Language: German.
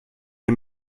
wir